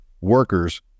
workers